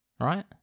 right